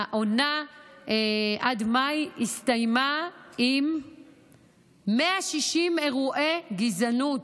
העונה עד מאי הסתיימה עם 160 אירועי גזענות: